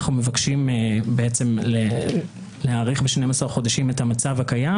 אנחנו מבקשים להאריך ב-12 חודשים את המצב הקיים